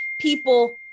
people